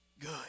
good